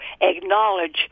acknowledge